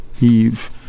Eve